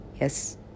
Yes